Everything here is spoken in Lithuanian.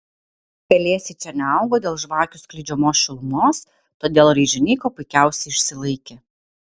pelėsiai čia neaugo dėl žvakių skleidžiamos šilumos todėl raižiniai kuo puikiausiai išsilaikė